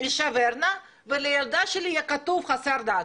אשבר ולילדה שלי יהיה כתוב 'חסר דת'.